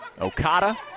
Okada